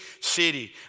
city